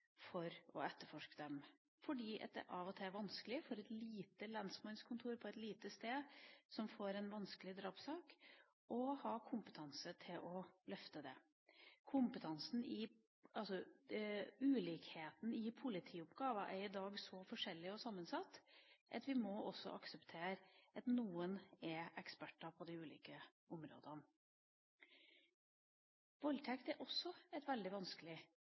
for å etterforske fordi det av og til er vanskelig for et lite lensmannskontor på et lite sted som får en vanskelig drapssak, å ha kompetanse til å løfte den. Ulikheten i politioppgaver er i dag så forskjellig og sammensatt at vi også må akseptere at noen er eksperter på de ulike områdene. Voldtekt er også et veldig vanskelig